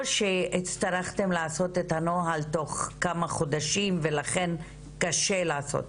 שהצטרכתם לעשות את הנוהל תוך כמה חודשים ולכן קשה לעשות,